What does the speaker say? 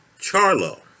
Charlo